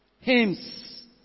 Hymns